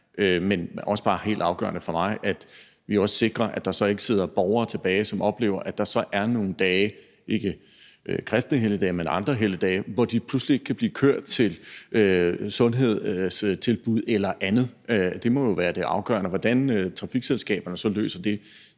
er også bare helt afgørende for mig, at vi også sikrer, at der så ikke sidder borgere tilbage, som oplever, at der så er nogle dage – ikke kristne helligdage, men andre helligdage – hvor de pludselig ikke kan blive kørt til sundhedstilbud eller andet. Det må jo være det afgørende. Hvordan trafikselskaberne så løser det,